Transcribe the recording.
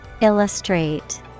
Illustrate